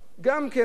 היה עשיר כקורח,